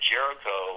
Jericho